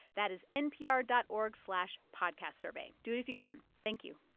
that is npr dot org slash podcastsurvey. do it if you can. thank you